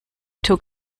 took